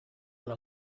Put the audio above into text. alla